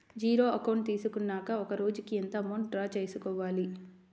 Zero account తీసుకున్నాక ఒక రోజుకి ఎంత అమౌంట్ డ్రా చేసుకోవాలి?